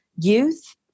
youth